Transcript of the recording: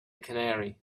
canary